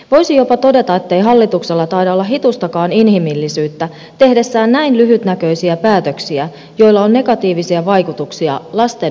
voisi jopa todeta ettei hallituksella taida olla hitustakaan inhimillisyyttä tehdessään näin lyhytnäköisiä päätöksiä joilla on negatiivisia vaikutuksia lasten hyvinvointiin